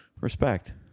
Respect